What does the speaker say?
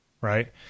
right